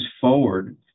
forward